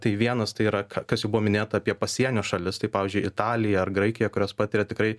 tai vienas tai yra ka kas jau buvo minėta apie pasienio šalis tai pavyzdžiui italija ar graikija kurios patiria tikrai